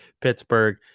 Pittsburgh